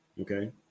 okay